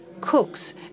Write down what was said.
cooks